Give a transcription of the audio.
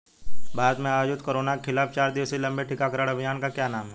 भारत में आयोजित कोरोना के खिलाफ चार दिवसीय लंबे टीकाकरण अभियान का क्या नाम है?